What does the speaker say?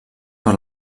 per